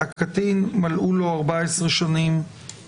שהקטין שמלאו לו 14 שנים